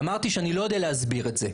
אמרתי, אני לא יודע להסביר את זה.